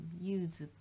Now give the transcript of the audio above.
use